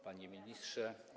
Panie Ministrze!